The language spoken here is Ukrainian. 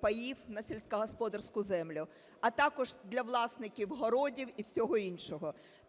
паїв на сільськогосподарську землю, а також для власників городів і всього іншого.